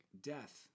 Death